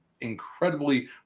incredibly